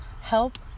help